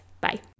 Bye